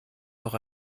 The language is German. noch